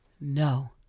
No